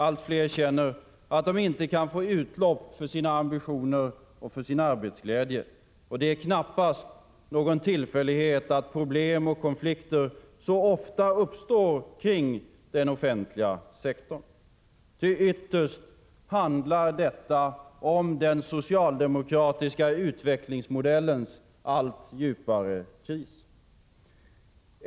Allt fler känner att de inte kan få utlopp för sina ambitioner och sin arbetsglädje. Det är knappast någon tillfällighet att problem och konflikter så ofta uppstår kring den offentliga sektorn, ty ytterst handlar detta om den socialdemokratiska utvecklingsmodellens allt djupare kris.